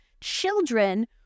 children